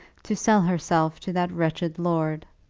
to sell herself to that wretched lord.